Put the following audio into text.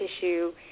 tissue